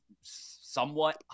somewhat